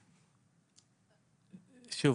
שוב,